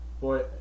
Boy